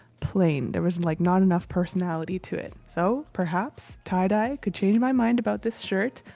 plain. there was like not enough personality to it. so, perhaps. tie-dye could change my mind about this shirt.